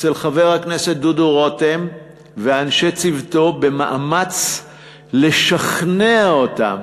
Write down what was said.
אצל חבר הכנסת דוד רותם ואנשי צוותו במאמץ לשכנע אותם